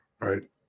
Right